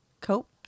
Cope